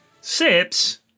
sips